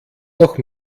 noch